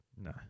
No